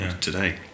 today